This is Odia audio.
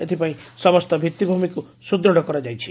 ଏଥିପାଇଁ ସମସ୍ତ ଭିଭିଭିମିକୁ ସୁଦୃତ୍ କରାଯାଇଛି